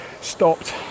stopped